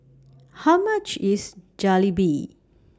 How much IS Jalebi